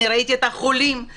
ראיתי את החולים,